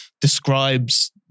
describes